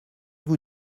vous